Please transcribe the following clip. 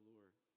Lord